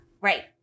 Right